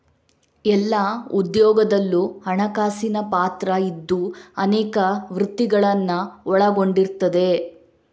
ಎಲ್ಲಾ ಉದ್ಯೋಗದಲ್ಲೂ ಹಣಕಾಸಿನ ಪಾತ್ರ ಇದ್ದು ಅನೇಕ ವೃತ್ತಿಗಳನ್ನ ಒಳಗೊಂಡಿರ್ತದೆ